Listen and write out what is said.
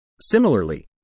Similarly